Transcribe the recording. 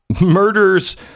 murders